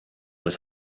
was